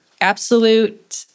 absolute—